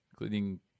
including